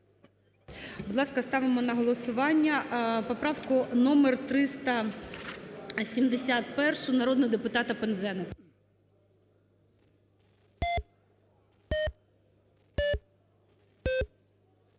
Будь ласка, ставимо на голосування поправку номер 371 народного депутата Пинзеника.